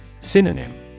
Synonym